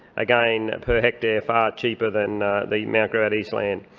again, per hectare far cheaper than the mount gravatt east land.